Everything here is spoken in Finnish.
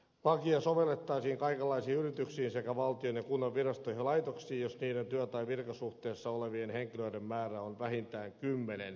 lakia sovellettaisiin kaikenlaisiin yrityksiin sekä valtion ja kunnan virastoihin ja laitoksiin jos niiden työ tai virkasuhteessa olevien henkilöiden määrä on vähintään kymmenen